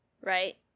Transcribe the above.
right